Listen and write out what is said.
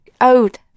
old